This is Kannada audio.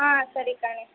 ಹಾಂ ಸರಿ ಕಣೆ